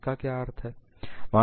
इसका क्या अर्थ है